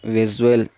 visual